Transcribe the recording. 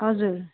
हजुर